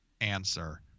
answer